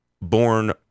born